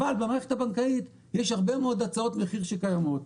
אבל במערכת הבנקאית יש הרבה מאוד הצעות מחיר שקיימות.